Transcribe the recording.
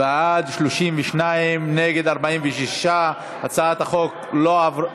בעד, 32, נגד, 46. הצעת החוק לא עברה.